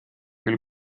küll